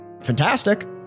fantastic